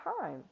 time